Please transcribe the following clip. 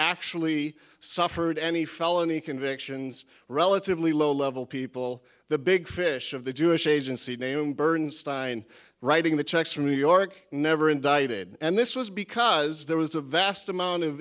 actually suffered any felony convictions relatively low level people the big fish of the jewish agency named bernstein writing the checks from new york never indicted and this was because there was a vast amount of